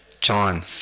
John